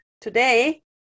today